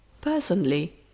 Personally